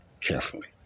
carefully